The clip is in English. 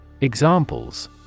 Examples